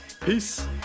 Peace